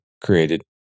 created